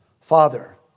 Father